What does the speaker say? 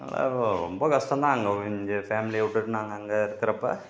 அப்புறம் ரொம்ப கஷ்டந்தான் அங்கே இங்கே ஃபேமிலியவிட்டுட்டு நாங்கள் அங்கே இருக்கிறப்ப